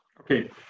Okay